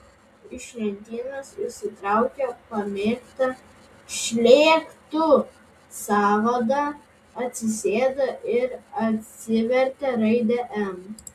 iš lentynos išsitraukė pamėgtą šlėktų sąvadą atsisėdo ir atsivertė raidę m